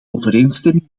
overeenstemming